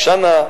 אשה נאה,